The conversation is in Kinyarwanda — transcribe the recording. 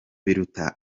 biruta